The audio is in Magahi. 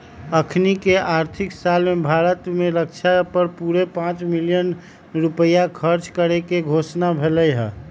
अखनीके आर्थिक साल में भारत में रक्षा पर पूरे पांच बिलियन रुपइया खर्चा करेके घोषणा भेल हई